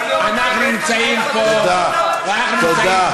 חבר הכנסת פרוש, אתה חבר באותה ממשלה.